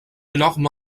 énorme